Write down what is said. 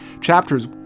chapters